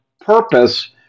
purpose